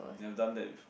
never done that before